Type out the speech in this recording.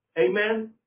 Amen